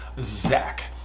Zach